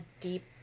deep